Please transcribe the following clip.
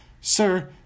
Sir